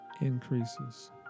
increases